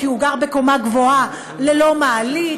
כי הוא גר בקומה גבוהה ללא מעלית,